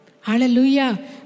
Hallelujah